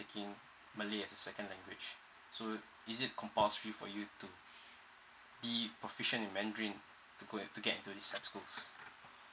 taking malay as scond language so is it compulsory for you to be proficient in mandarin to go to get into this typre of school